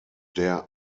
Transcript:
der